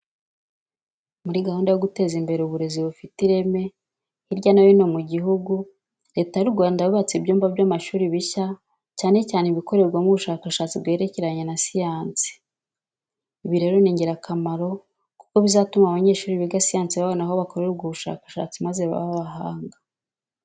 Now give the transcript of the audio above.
Muri gahunda yo guteza imbere uburezi bufite ireme hirya no hino mu gihugu, Leta y'u Rwanda yubatse ibyumba by'amashuri bishya cyane cyane ibikorerwamo ubushakashatsi bwerekeranye na siyansi. Ibi rero ni ingirakamaro kuko bizatuma abanyeshuri biga siyansi babona aho bakorera ubwo bushakashatsi maze babe abahanga.